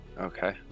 Okay